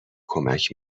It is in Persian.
کمک